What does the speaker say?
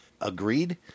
Agreed